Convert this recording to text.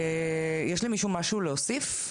יש למישהו משהו להוסיף?